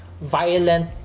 violent